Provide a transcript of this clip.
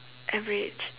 average